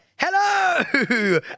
hello